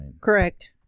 Correct